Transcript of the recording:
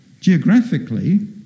Geographically